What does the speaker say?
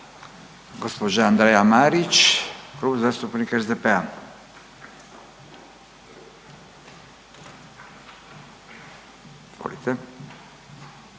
Gospođa Andreja Marić, Klub zastupnika SDP-a. Izvolite.